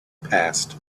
passed